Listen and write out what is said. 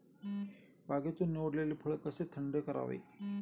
बागेतून निवडलेले फळ कसे थंड करावे?